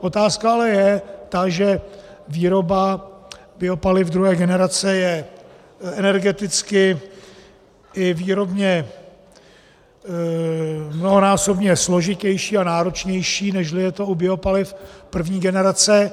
Otázka ale je ta, že výroba biopaliv druhé generace je energeticky i výrobně mnohonásobně složitější a náročnější, nežli je to u biopaliv první generace.